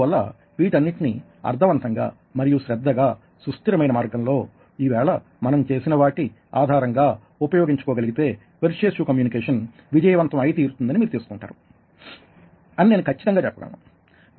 అందువలన వీటన్నిటిని అర్థవంతంగా మరియు శ్రద్ధగా సుస్థిరమైన మార్గం లో ఈవేళ మనం చేసినవాటి ఆధారంగా ఉపయోగించుకోగలిగితే పెర్స్యుయేసివ్ కమ్యూనికేషన్ విజయవంతం అయి తీరుతుందని మీరు తెలుసుకుంటారు అని నేను ఖచ్చితంగా చెప్పగలను